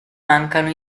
mancano